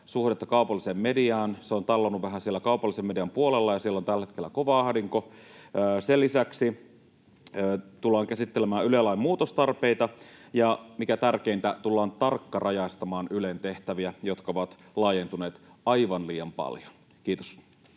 suhdetta kaupalliseen mediaan. Se on tallonut vähän siellä kaupallisen median puolella, ja siellä on tällä hetkellä kova ahdinko. Sen lisäksi tullaan käsittelemään Yle-lain muutostarpeita, ja mikä tärkeintä, tullaan tarkkarajaistamaan Ylen tehtäviä, jotka ovat laajentuneet aivan liian paljon. — Kiitos.